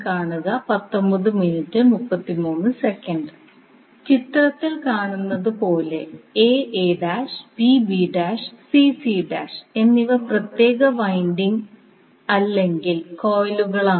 കാണുന്നത് എന്നിവ പ്രത്യേക വൈൻഡിംഗ് അല്ലെങ്കിൽ കോയിലുകളാണ്